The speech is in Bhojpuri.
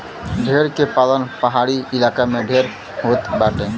भेड़ के पालन पहाड़ी इलाका में ढेर होत बाटे